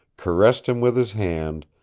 caressed him with his hand,